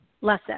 lesson